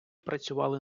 працювали